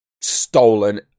stolen